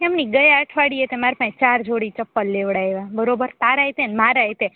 એમ નહી ગયા અઠવાડિયે તમારે પાંહે ચાર જોડી ચંપલ લેવડાવ્યા બરોબર તારાએ તે મારએ તે